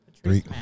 Three